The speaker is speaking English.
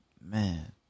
man